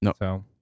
No